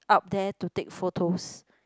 up there to take photos